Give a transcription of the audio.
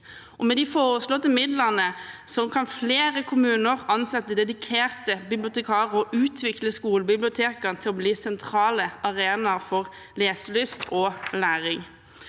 Med de foreslåtte midlene kan flere kommuner ansette dedikerte bibliotekarer og utvikle skolebibliotekene til å bli sentrale arenaer for leselyst og læring.